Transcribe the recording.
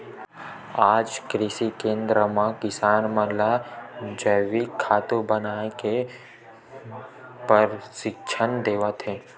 आज कृषि केंद्र मन म किसान मन ल जइविक खातू बनाए बर परसिक्छन देवत हे